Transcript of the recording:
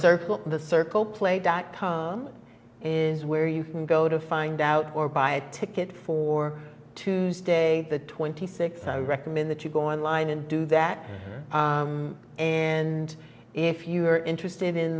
circle the circle play dot com is where you can go to find out or buy a ticket for tuesday the twenty sixth i recommend that you go online and do that and if you are interested in